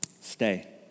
stay